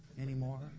anymore